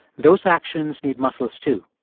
those actions need muscles, too.